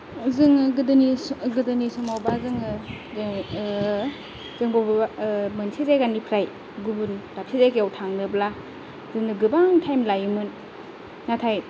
जोङो गोदोनि गोदोनि समावबा जोङो जों बबेबा मोनसे जायगानिफ्राय गुबुन दाबसे जायगायाव थांनोब्ला जोंनो गोबां टाइम लायोमोन नाथाय